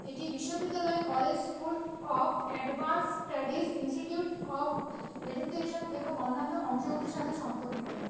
এটি বিশ্ববিদ্যালয় college school of advance studies institute of education এবং অন্যান্য অংশগুলির সাথে সম্পর্কিত